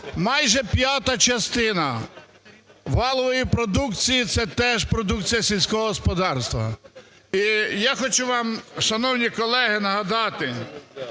Майже п'ята частина валової продукції – це теж продукція сільського господарства. І я хочу вам, шановні колеги, нагадати,